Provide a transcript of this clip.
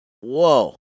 Whoa